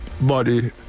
body